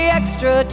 extra